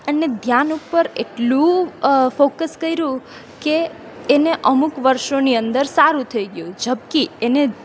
અને ધ્યાન ઉપર એટલું ફોકસ કર્યું કે એને અમુક વર્ષોની અંદર સારું થઈ ગયું ઝબકી એને